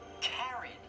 carried